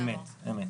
אמת.